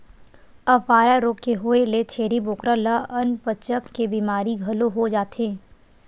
अफारा रोग के होए ले छेरी बोकरा ल अनपचक के बेमारी घलो हो जाथे